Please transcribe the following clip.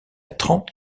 trente